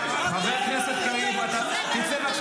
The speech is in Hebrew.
הדם על הידיים שלך.